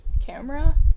camera